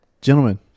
Gentlemen